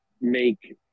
make